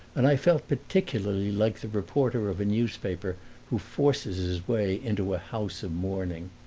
and i felt particularly like the reporter of a newspaper who forces his way into a house of mourning.